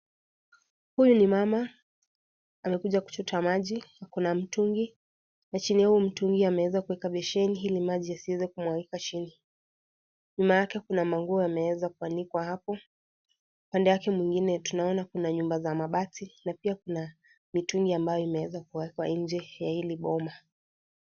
Huyu ni mama amekuja kuchota maji, ako na mtungi na chini ya huo mtungi ameweza kuweka besheni ili maji yasiweze kumwagika chini. Nyuma yake kuna manguo yameweza kwanikwa hapo, pande wake mwingine tunaona kuna nyumba za mabati. Na pia kuna mitungi ambayo imeweza kuwekwa nje ya hili boma.